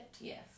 Yes